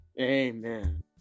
amen